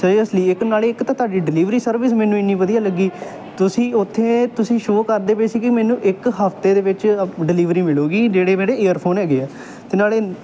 seriously ਇੱਕ ਨਾਲੇ ਇੱਕ ਤਾਂ ਤੁਹਾਡੀ ਡਿਲੀਵਰੀ ਸਰਵਿਸ ਮੈਨੂੰ ਇੰਨੀ ਵਧੀਆ ਲੱਗੀ ਤੁਸੀਂ ਉੱਥੇ ਤੁਸੀਂ ਸ਼ੋ ਕਰਦੇ ਪਏ ਸੀ ਕਿ ਮੈਨੂੰ ਇੱਕ ਹਫ਼ਤੇ ਦੇ ਵਿੱਚ ਡਿਲੀਵਰੀ ਮਿਲੂਗੀ ਜਿਹੜੇ ਮੇਰੇ ਏਅਰਫੋਰਨ ਹੈਗੇ ਆ ਅਤੇ ਨਾਲੇ